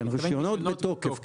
רישיונות בתוקף.